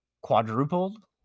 quadrupled